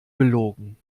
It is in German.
belogen